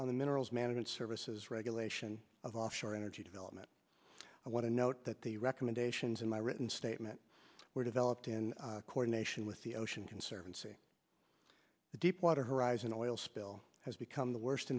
on the minerals management services regulation of offshore energy development i want to note that the recommendations in my written statement were developed in coordination with the ocean conservancy the deepwater horizon oil spill has become the worst